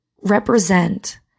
represent